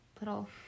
little